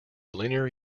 linear